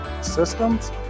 systems